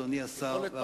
אדוני השר,